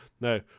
No